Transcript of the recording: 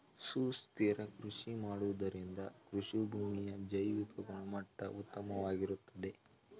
ಸುಸ್ಥಿರ ಕೃಷಿ ಮಾಡುವುದರಿಂದ ಕೃಷಿಭೂಮಿಯ ಜೈವಿಕ ಗುಣಮಟ್ಟ ಉತ್ತಮವಾಗಿರುತ್ತದೆ